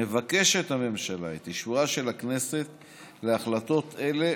מבקשת הממשלה את אישורה של הכנסת להחלטות אלה,